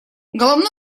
головной